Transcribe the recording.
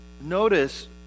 notice